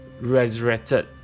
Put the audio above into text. resurrected